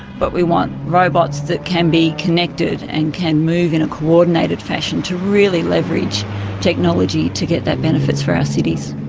but we want robots that can be connected and can move in a coordinated fashion to really leverage technology to get that benefit for our cities.